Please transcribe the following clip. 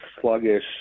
sluggish